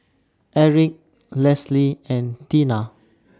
Erick Lesley and Tina